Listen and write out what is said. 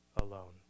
alone